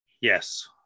Yes